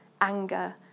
anger